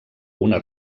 una